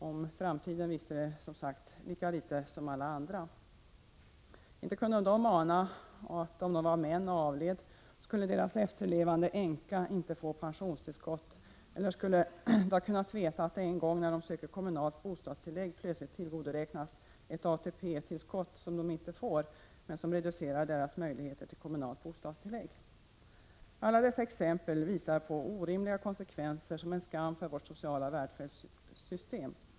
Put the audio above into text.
Om framtiden visste de, som sagt, lika litet som alla andra. Inte kunde de ana, att om de var män och avled, skulle deras efterlevande änkor inte få pensionstillskott. Eller skulle de ha kunnat veta att de en gång när de söker kommunalt bostadstillägg plötsligt tillgodoräknas ett ATP-tillskott som de inte får men som reducerar deras möjligheter till kommunalt bostadstillägg. Alla dessa exempel visar på orimliga konsekvenser, som är en skam för vårt sociala välfärdssystem.